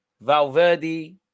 Valverde